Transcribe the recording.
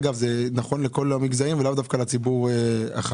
אגב זה נכון לכל המגזרים ולאו דווקא לציבור החרדי.